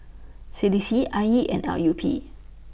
C D C I E and L U P